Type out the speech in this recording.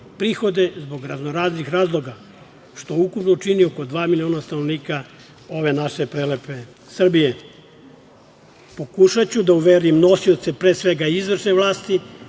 prihode zbog raznoraznih razloga, što ukupno čini oko 2.000.000 stanovnika ove naše prelepe Srbije. Pokušaću da uverim nosioce pre svega izvršne vlasti